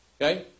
Okay